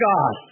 God